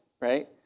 right